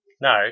No